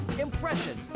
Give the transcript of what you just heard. impression